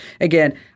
again